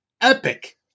epic